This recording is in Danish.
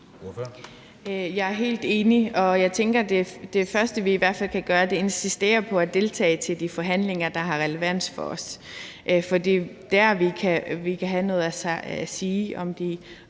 Jeg er helt enig, og jeg tænker, at det første, vi i hvert fald kan gøre, er at insistere på at deltage i de forhandlinger, der har relevans for os, for det er der, vi kan have noget at sige om de